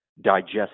digest